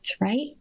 right